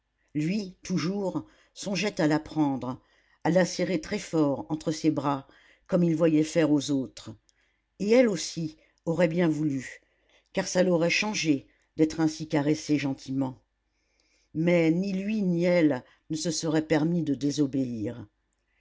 lui toujours songeait à la prendre à la serrer très fort entre ses bras comme il voyait faire aux autres et elle aussi aurait bien voulu car ça l'aurait changée d'être ainsi caressée gentiment mais ni lui ni elle ne se serait permis de désobéir